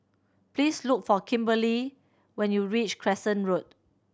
please look for Kimberley when you reach Crescent Road